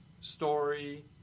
story